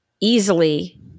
easily